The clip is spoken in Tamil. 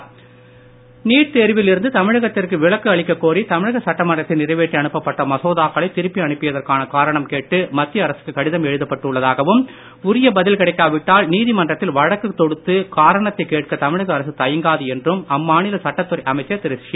நீட் தேர்வு நீட் தேர்வில் இருந்து தமிழகத்திற்கு விலக்கு அளிக்க கோரி தமிழக சட்டமன்றத்தில் நிறைவேற்றி அனுப்பப்பட்ட மசோதாக்களை திருப்பி அனுப்பியதற்கான காரணம் கேட்டு மத்திய அரசுக்கு கடிதம் எழுதப்பட்டு உள்ளதாகவும் உரிய பதில் கிடைக்காவிட்டால் நீதிமன்றத்தில் வழக்கு தொடுத்து காரணத்தைக் கேட்க தமிழக அரசு தயங்காது என்றும் அம்மாநில சட்டத்துறை அமைச்சர் திரு சி